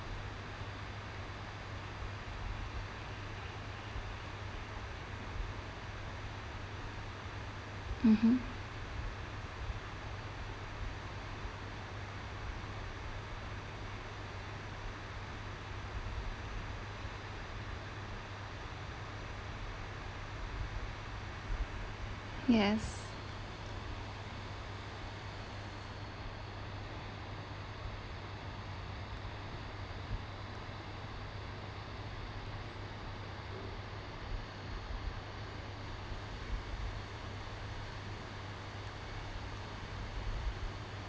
mmhmm yes